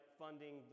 funding